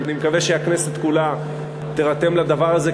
אני מקווה שהכנסת כולה תירתם לדבר הזה,